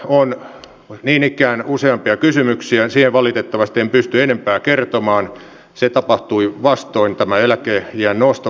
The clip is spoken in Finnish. on niin ikään useampia kysymyksiä asia erittäin hyvä että tässä esityksessä lisätään myös poliisin voimavaroja harmaan talouden torjunnassa